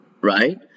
right